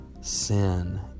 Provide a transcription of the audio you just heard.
sin